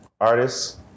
artists